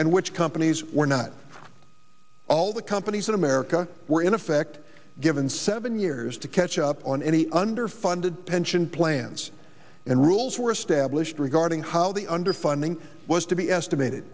and which companies were not all the companies in america were in effect given seven years to catch up on any underfunded pension plans and rules were established regarding how the underfunding was to be estimated